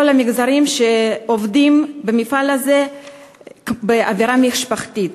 כל המגזרים עובדים במפעל הזה באווירה משפחתית.